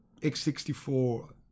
X64